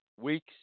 weeks